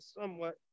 somewhat